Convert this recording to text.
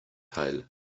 teil